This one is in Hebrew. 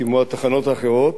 כמו התחנות האחרות,